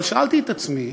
אבל שאלתי את עצמי: